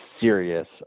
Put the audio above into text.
serious